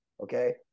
Okay